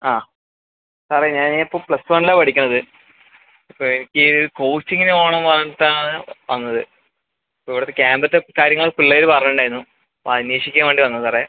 ആ സാറെ ഞാൻ ഇപ്പോൾ പ്ലസ് വണ്ണിലാണ് പഠിക്കുന്നത് അപ്പോൾ എനിക്ക് കോച്ചിംഗിന് പോണം പറഞ്ഞിട്ട് ആണ് വന്നത് അപ്പോൾ ഇവിടുത്തെ ക്യാമ്പസ് കാര്യങ്ങൾ പിള്ളേർ പറഞ്ഞിട്ടുണ്ടായിരുന്നു അപ്പോൾ അത് അന്വേഷിക്കാൻ വേണ്ടി വന്നതാണ് സാറെ